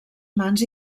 mans